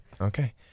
okay